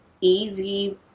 easy